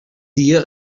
dia